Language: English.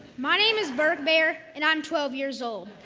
my name is birke baehr, and i'm twelve years old.